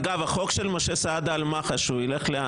אגב, החוק של משה סעדה על מח"ש, לאן ילך?